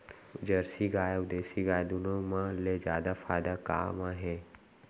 Jersey गाय अऊ देसी गाय दूनो मा ले जादा फायदा का मा हे?